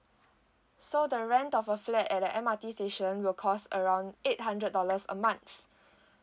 so the rent of a flat at the M_R_T station will cost around eight hundred dollars a month